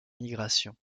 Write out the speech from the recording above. migration